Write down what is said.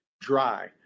dry